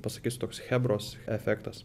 pasakys toks chebros efektas